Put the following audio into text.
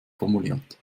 formuliert